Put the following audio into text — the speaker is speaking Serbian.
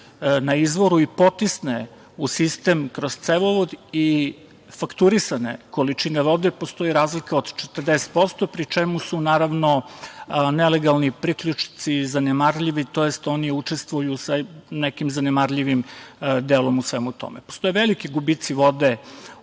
na izvoru i potisne u sistem kroz cevovod i fakturisane količine vode postoji razlika od 40%, pri čemu su, naravno, nelegalni priključci zanemarljivi, tj. oni učestvuju sa nekim zanemarljivim delom u svemu tome. Postoje veliki gubici vode